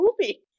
movie